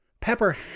Pepper